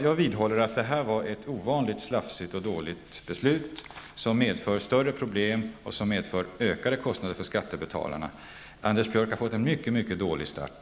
Jag vidhåller att detta var ett ovanligt slafsigt och dåligt beslut, som medför större problem och ökade kostnader för skattebetalarna. Anders Björck har fått en mycket mycket dålig start.